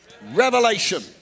Revelation